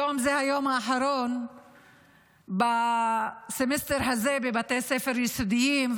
היום זה היום האחרון בסמסטר הזה בבתי הספר היסודיים.